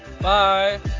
Bye